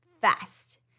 fast